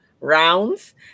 rounds